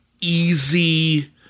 easy